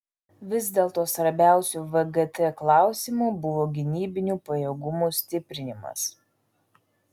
vis dėlto svarbiausiu vgt klausimu buvo gynybinių pajėgumų stiprinimas